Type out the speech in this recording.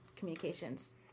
communications